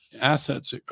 assets